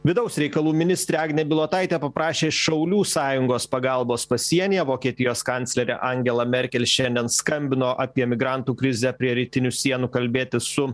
vidaus reikalų ministrė agnė bilotaitė paprašė šaulių sąjungos pagalbos pasienyje vokietijos kanclerė angela merkel šiandien skambino apie migrantų krizę prie rytinių sienų kalbėtis su